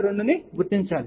2 ను గుర్తించండి